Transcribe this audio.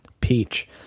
Peach